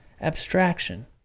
abstraction